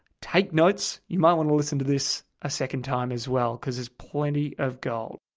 take notes. you might want to listen to this a second time as well because there's plenty of gold.